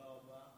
כל הכבוד.